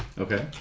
Okay